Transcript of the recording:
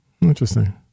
Interesting